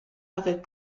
avec